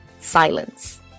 silence